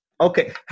Okay